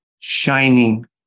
Shining